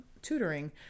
tutoring